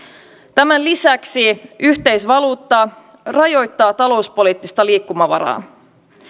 tämän lisäksi yhteisvaluutta rajoittaa talouspoliittista liikkumavaraa